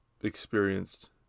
experienced